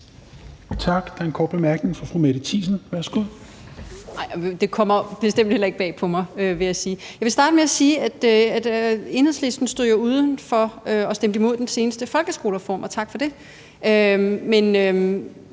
Tak. Der er en kort bemærkning fra fru Mette Thiesen. Værsgo. Kl. 16:24 Mette Thiesen (NB): Nej, og det kommer bestemt heller ikke bag på mig, vil jeg sige. Jeg vil starte med at sige, at Enhedslisten jo stod uden for og stemte imod den seneste folkeskolereform – og tak for det – men